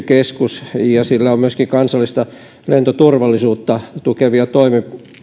keskus sillä on myöskin kansallista lentoturvallisuutta tukevia